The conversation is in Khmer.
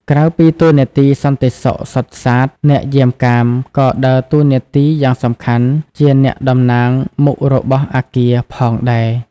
ក្រៅពីតួនាទីសន្តិសុខសុទ្ធសាធ អ្នកយាមកាមក៏ដើរតួនាទីយ៉ាងសំខាន់ជា អ្នកតំណាងមុខរបស់អគារ ផងដែរ។